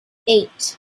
eight